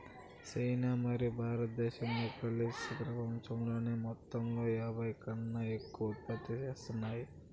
China మరియు భారతదేశం కలిసి పపంచంలోని మొత్తంలో యాభైకంటే ఎక్కువ ఉత్పత్తి చేత్తాన్నాయి